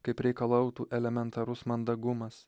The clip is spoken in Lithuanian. kaip reikalautų elementarus mandagumas